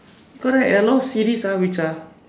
correct a lot of series ah which are